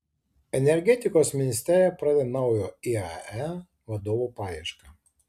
energetikos ministerija pradeda naujo iae vadovo paiešką